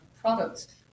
Products